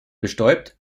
bestäubt